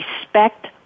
respect